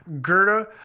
Gerda